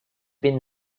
been